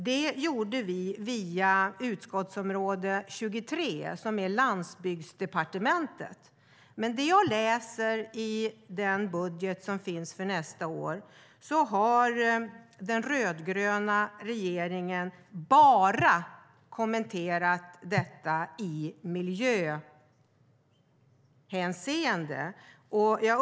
Detta gjordes via Landsbygdsdepartementets utskottsområde 23.Men enligt nästa års budget har den rödgröna regeringen bara kommenterat ur miljöhänseende.